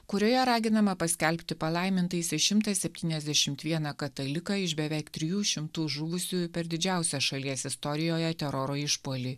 kurioje raginama paskelbti palaimintaisiais šimtą septyniasdešimt vieną kataliką iš beveik trijų šimtų žuvusiųjų per didžiausią šalies istorijoje teroro išpuolį